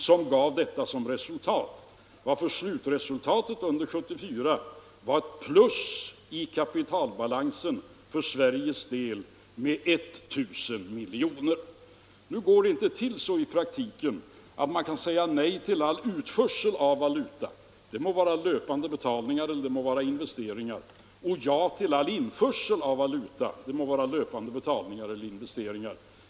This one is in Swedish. Slutresultatet för 1974 var för Sverige ett plus i kapitalbalansen på 1 000 miljoner. Nu går det inte till så i praktiken att man kan säga nej till all utförsel av valuta, det må vara löpande betalningar eller investeringar, och ja till all införsel av valuta, det må vara löpande betalningar eller investeringar.